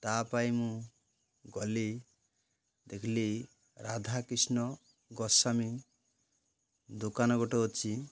ତା ପାଇଁ ମୁଁ ଗଲି ଦେଖିଲି ରାଧାକିଷ୍ଣ ଗୋସ୍ଵାମୀ ଦୋକାନ ଗୋଟେ ଅଛି